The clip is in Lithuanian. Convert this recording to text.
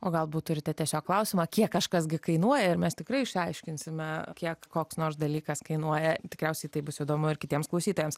o galbūt turite tiesiog klausimą kiek kažkas gi kainuoja ir mes tikrai išaiškinsime kiek koks nors dalykas kainuoja tikriausiai tai bus įdomu ir kitiems klausytojams